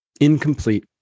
incomplete